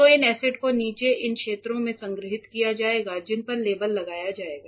तो इन एसिड को नीचे इन क्षेत्रों में संग्रहीत किया जाएगा जिन पर लेबल लगाया जाएगा